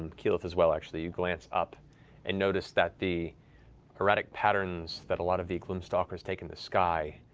keyleth as well, actually, you glance up and notice that the erratic patterns that a lot of the gloom stalkers take in the sky,